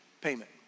payment